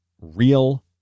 real